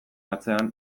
atzean